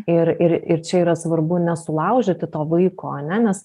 ir ir ir čia yra svarbu nesulaužyti to vaiko ane nes